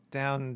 down